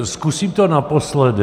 Zkusím to naposledy.